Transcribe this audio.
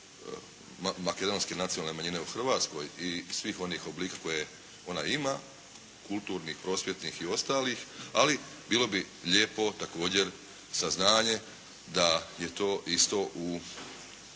makedonske nacionalne manjine u Hrvatskoj i svih onih oblika koje ona ima, kulturnih, prosvjetnih i ostalih, ali bilo bi lijepo također saznanje da je to isto u dogovorima